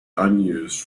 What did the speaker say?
unused